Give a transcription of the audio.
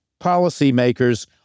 policymakers